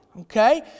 Okay